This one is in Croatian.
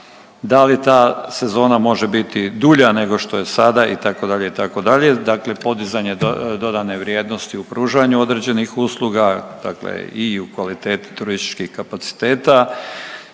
da li ta sezona može biti dulja nego što je sada itd., itd. dakle podizanje dodane vrijednosti u pružanju određenih usluga, dakle i u kvaliteti turističkih kapaciteta